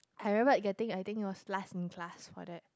I remembered getting I think it was last in class for that